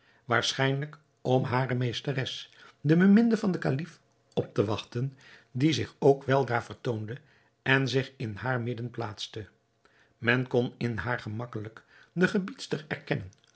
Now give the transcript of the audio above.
waarschijnlijk om hare meesteres de beminde van den kalif op te wachten die zich ook weldra vertoonde en zich in haar midden plaatste men kon in haar gemakkelijk de gebiedster erkennen